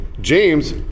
James